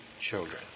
children